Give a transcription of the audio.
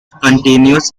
continuous